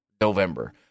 November